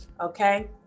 okay